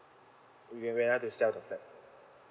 you can rent out to sell the flat